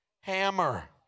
hammer